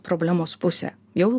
problemos pusė jau